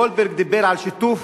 גולדברג דיבר על שיתוף,